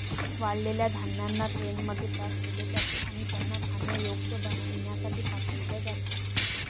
वाळलेल्या धान्यांना ट्रेनमध्ये पॅक केले जाते आणि त्यांना खाण्यायोग्य बनविण्यासाठी पाठविले जाते